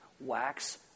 wax